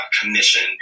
commission